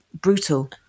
brutal